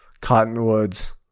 cottonwoods